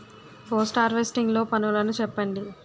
Post harvesting లో పనులను చెప్పండి?